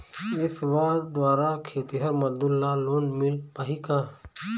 ये सेवा द्वारा खेतीहर मजदूर ला लोन मिल पाही का?